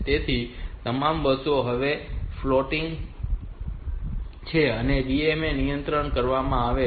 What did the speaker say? તેથી તમામ બસો હવે ફ્લોટિંગ છે અને તે DMA નિયંત્રક ને આપવામાં આવે છે